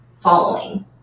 following